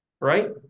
Right